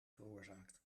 veroorzaakt